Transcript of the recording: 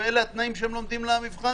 ואלה התנאים שהם לומדים למבחן,